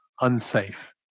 unsafe